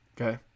Okay